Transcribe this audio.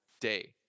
day